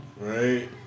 Right